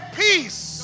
peace